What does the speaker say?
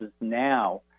now